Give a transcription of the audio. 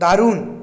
দারুন